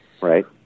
Right